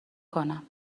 کنم